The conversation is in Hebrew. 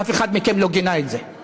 אף אחד מכם לא גינה את זה.